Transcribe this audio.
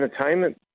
entertainment